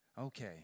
Okay